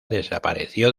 desapareció